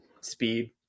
speed